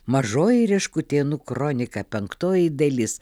mažoji reškutėnų kronika penktoji dalis